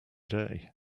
day